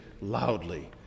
loudly